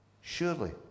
Surely